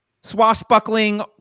swashbuckling